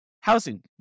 housing